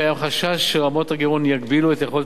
קיים חשש שרמות הגירעון יגבילו את יכולת